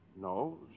No